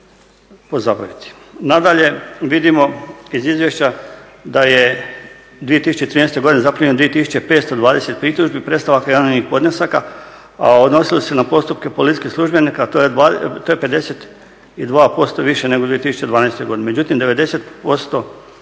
Nadalje, vidimo iz izvješća da je 2013. zaplijenjeno 2520 pritužbi, predstavaka i javnih podnesaka a odnosile su se na postupke policijskih službenika to je 52% više nego u 2012. godini.